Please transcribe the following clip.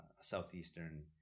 Southeastern